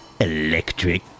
electric